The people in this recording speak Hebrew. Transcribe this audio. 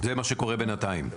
זה מה שקורה בינתיים.